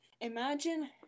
Imagine